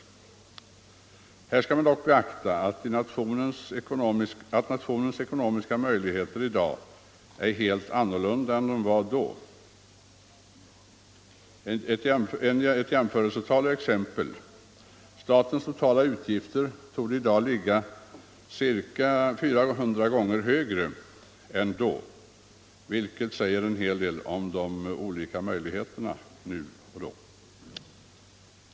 Här skall man dock beakta att nationen i dag har helt andra ekonomiska möjligheter än den hade då. Ett jämförelsetal: Statens totala utgifter torde i dag vara ca 400 gånger större än då, vilket säger en hel del om de ekonomiska möjligheterna då och nu.